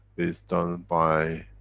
is done by,